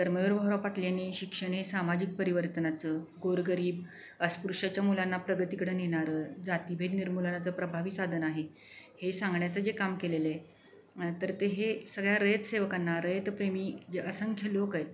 कर्मवीर भाऊराव पाटील यानी शिक्षण हे सामाजिक परिवर्तनाचं गोरगरीब अस्पृष्यच्या मुलांना प्रगतीकडं नेणारं जातीभेद निर्मूलानाचं प्रभावी साधन आहे हे सांगण्याचं जे काम केलेलं आहे तर ते हे सगळ्या रयत सेवकांना रयतप्रेमी जे असंख्य लोक आहेत